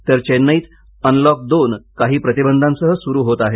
तर चेन्नईत अनलॉक दोन काही प्रतिबंधांसह सुरू होत आहे